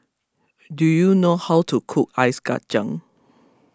do you know how to cook Ice Kachang